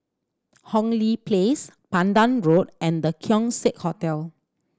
Hong Lee Place Pandan Road and The Keong Saik Hotel